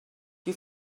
you